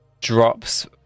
drops